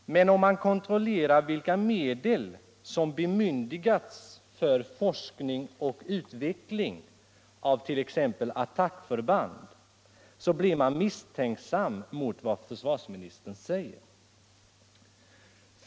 Men om man kontrollerar vilka medel som har bemyndigats för forskning och utveckling av t.ex. attackförband, blir man misstänksam mot vad försvarsministern säger.